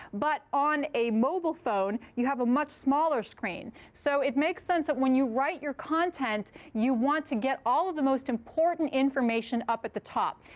but on a mobile phone, you have a much smaller screen. so it makes sense that when you write your content, you want to get all of the most important information up at the top.